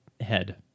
head